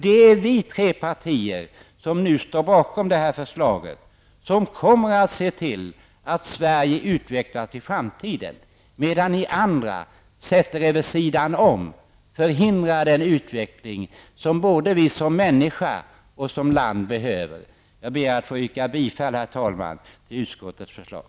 Det är vi tre partier som nu står bakom det här förslaget som kommer att se till att Sverige utvecklas i framtiden, medan ni andra sätter er vid sidan om och motarbetar en utveckling som vi behöver både som människor och som land. Jag ber att få yrka bifall, herr talman, till utskottets förslag.